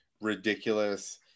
ridiculous